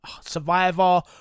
Survivor